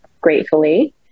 gratefully